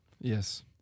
Yes